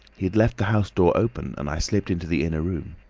he had left the house door open and i slipped into the inner room.